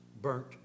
burnt